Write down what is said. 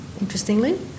interestingly